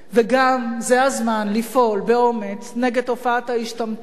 וגם, זה הזמן לפעול באומץ נגד תופעת ההשתמטות,